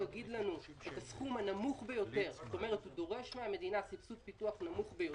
בשביל לבנות את הפרויקט הזה כמה כסף לטובת סבסוד פיתוח הם צריכים.